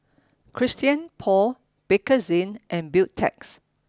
Christian Paul Bakerzin and Beautex